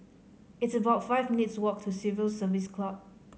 it's about five minutes' walk to Civil Service Club